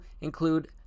include